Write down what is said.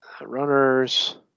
runners